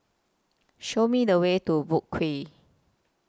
Show Me The Way to Boat Quay